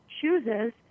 chooses